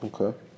Okay